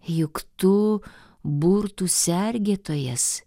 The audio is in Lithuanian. juk tu burtų sergėtojas